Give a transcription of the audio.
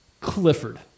Clifford